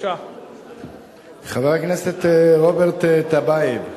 חבר הכנסת רוברט טיבייב,